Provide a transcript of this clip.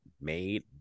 made